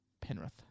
Penrith